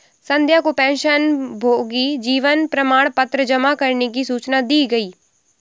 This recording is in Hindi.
संध्या को पेंशनभोगी जीवन प्रमाण पत्र जमा करने की सूचना दी गई